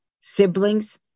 siblings